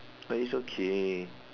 it's okay